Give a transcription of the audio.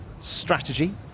strategy